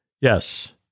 Yes